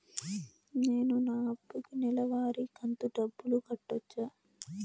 నేను నా అప్పుకి నెలవారి కంతు డబ్బులు కట్టొచ్చా?